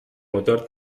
motor